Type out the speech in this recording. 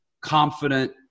confident